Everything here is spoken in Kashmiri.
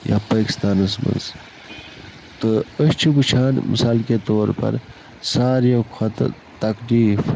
یا پٲکِستانَس مَنٛز تہٕ أسۍ چھِ وٕچھان مِثال کے طور پَر سارویَو کھۄتہٕ تَکلیٖف